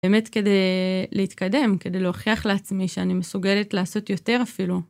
באמת כדי להתקדם, כדי להוכיח לעצמי שאני מסוגלת לעשות יותר אפילו.